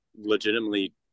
legitimately